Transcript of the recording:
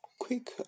quick